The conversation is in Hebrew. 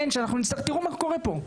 תראו מה קורה פה,